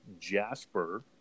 Jasper